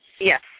yes